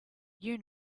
you